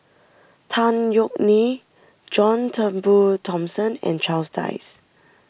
Tan Yeok Nee John Turnbull Thomson and Charles Dyce